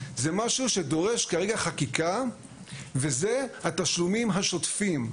זה משהו שדורש כרגע חקיקה וזה התשלומים השוטפים.